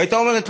והייתה אומרת,